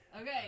Okay